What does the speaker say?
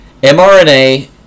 mRNA